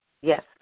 Yes